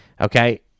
okay